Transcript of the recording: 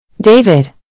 David